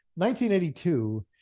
1982